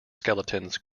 skeletons